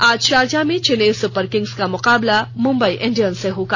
आज शारजाह में Chennai Super Kings का मुकाबला मुंबई इंडियन्स से होगा